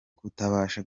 kutabasha